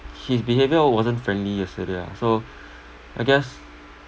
his behaviour wasn't friendly yesterday ah so I guess